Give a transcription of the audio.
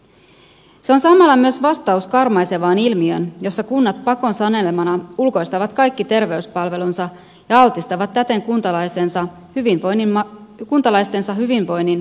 se on samalla myös vastaus karmaisevaan ilmiöön jossa kunnat pakon sanelemana ulkoistavat kaikki terveyspalvelunsa ja altistavat täten kuntalaistensa hyvinvoinnin markkinavoimien armoille